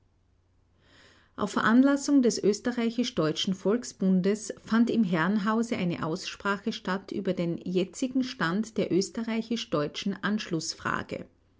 auf veranlassung des österreichisch-deutschen volksbundes fand im herrenhause eine aussprache statt über den jetzigen stand der österreichisch-deutschen anschlußfrage